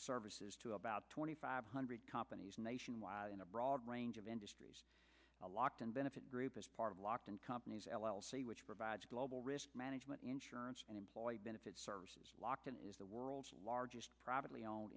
services to about twenty five hundred companies nationwide in a broad range of industries a locked in benefit group as part of a locked and company's l l c which provides global risk management insurance and employee benefits services locked in is the world's largest privately owned